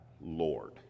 Lord